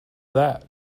that